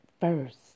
first